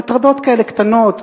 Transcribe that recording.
הטרדות כאלה קטנות,